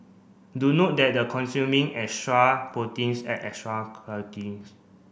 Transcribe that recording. do note that the consuming extra proteins and add extra